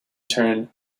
turn